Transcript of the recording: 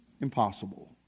impossible